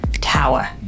tower